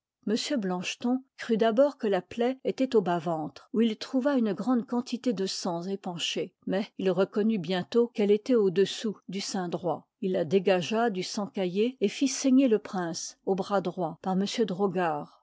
blancheton crut d'abord que la plaie étoit au bas-ventre où il trouva une grande quantité de sang épanché mais il reconnut bientôt qu'elle étoit au dessous du sein droit il la dégagea du sang caillé et fit saigner le prince au bras droit par